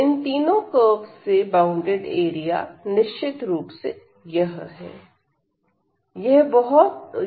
इन तीनों कर्वस से bounded area निश्चित रूप से यह है